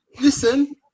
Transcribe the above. listen